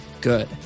GOOD